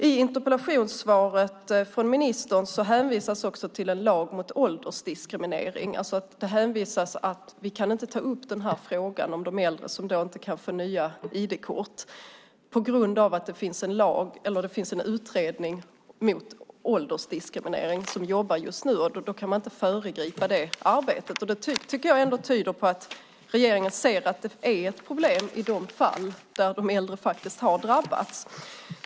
I interpellationssvaret från ministern hänvisas också till en lag mot åldersdiskriminering; vi kan inte ta upp frågan om de äldre som inte kan få nytt ID-kort på grund av att det just nu görs en utredning om åldersdiskriminering, ett arbete man inte kan föregripa. Det tycker jag ändå tyder på att regeringen ser att det är ett problem i de fall där äldre faktiskt har drabbats.